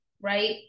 right